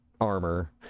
armor